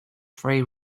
free